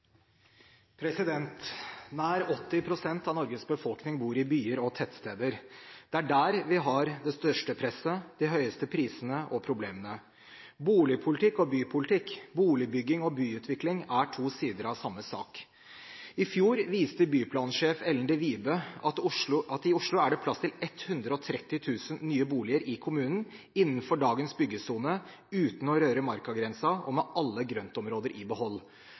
der vi har det største presset, de høyeste prisene og problemene. Boligpolitikk og bypolitikk, boligbygging og byutvikling er to sider av samme sak. I fjor viste byplansjef Ellen de Vibe til at i Oslo kommune er det plass til 130 000 nye boliger innenfor dagens byggesone – uten å røre Marka-grensen og med alle grøntområder i behold.